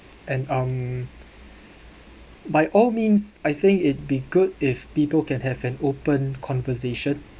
and um by all means I think it'd be good if people can have an open conversation